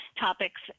topics